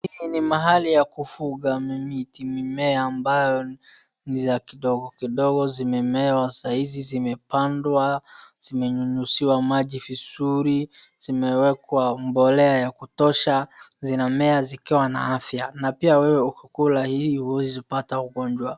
hii ni mahali ya kufuga mamiti na mimea ambayo ni ya kidogokidogo zimemea sahi zimepandwa zimenyunyuziwa maji vizuri zimewekwa mbolea ya kutosha zinamea zikiwa na afya na pia wewe ukikula hii huwezi kupata ugonjwa